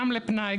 גם לפנאי,